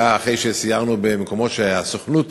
בלטביה, אחרי שסיירנו במקומות שבהם הסוכנות